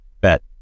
bet